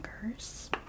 fingers